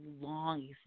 long